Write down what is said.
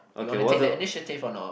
you wanna take that initiative or not